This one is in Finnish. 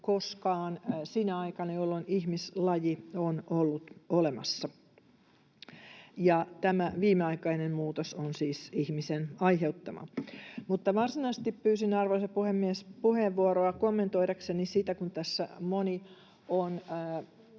koskaan sinä aikana, jolloin ihmislaji on ollut olemassa, ja tämä viimeaikainen muutos on siis ihmisen aiheuttama. Mutta varsinaisesti pyysin, arvoisa puhemies, puheenvuoroa kommentoidakseni sitä, kun tässä moni on